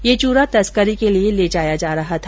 यह चूरा तस्करी के लिए ले जाया जा रहा था